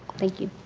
thank you.